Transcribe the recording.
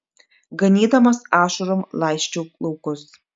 ganydamas ašarom laisčiau laukus